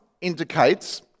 indicates